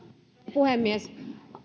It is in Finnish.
puhemies